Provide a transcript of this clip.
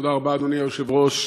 תודה רבה, אדוני היושב-ראש,